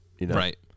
Right